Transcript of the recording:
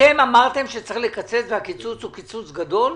אתם אמרתם שצריך לקצץ והקיצוץ הוא קיצוץ גדול,